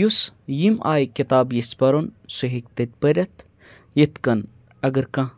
یُس یِم آیہِ کِتاب ییٚژھِ پَرُن سُہ ہیٚکہِ تَتہِ پٔرِتھ یِتھ کَنۍ اگر کانٛہہ